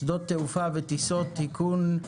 שדות תעופה וטיסות) (תיקון),